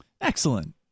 Excellent